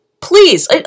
Please